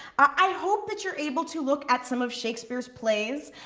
i hope that you're able to look at some of shakespeare's plays.